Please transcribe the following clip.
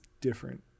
different